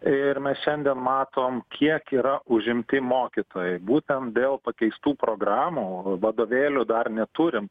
ir mes šiandien matom kiek yra užimti mokytojai būtent dėl pakeistų programų vadovėlių dar neturim